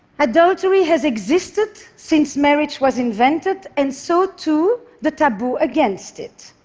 adultery has existed since marriage was invented, and so, too, the taboo against it.